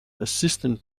assistant